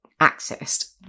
accessed